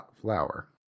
flour